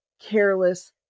careless